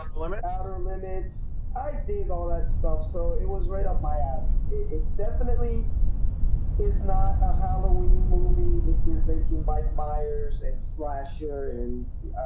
um limit limits i did all that stuff so it was right up my alley it definitely is not a halloween movie if you're thinking mike myers and slasher and